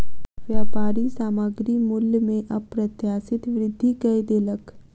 व्यापारी सामग्री मूल्य में अप्रत्याशित वृद्धि कय देलक